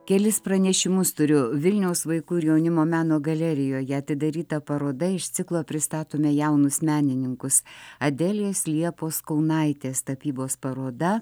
kelis pranešimus turiu vilniaus vaikų ir jaunimo meno galerijoje atidaryta paroda iš ciklo pristatome jaunus menininkus adelės liepos kaunaitės tapybos paroda